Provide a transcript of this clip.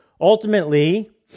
Ultimately